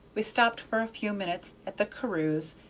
we stopped for a few minutes at the carews',